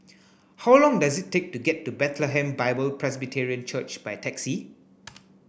how long does it take to get to Bethlehem Bible Presbyterian Church by taxi